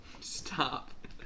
Stop